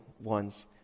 ones